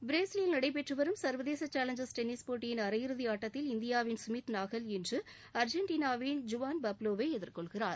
பிரேசிலில் நடைபெற்று வரும் சர்வதேச சேலஞசர் டென்னிஸ் போட்டியின் அரையிறுதியாட்டத்தில் இந்தியாவின் ஸ்மித் நாகல் இன்று அர்ஜென்டினாவின் ஜீவான் பட்லோவை எதிர்கொள்கிறார்